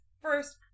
First